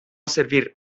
servir